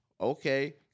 Okay